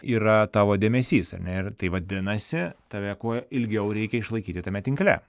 yra tavo dėmesys ar ne ir tai vadinasi tave kuo ilgiau reikia išlaikyti tame tinkle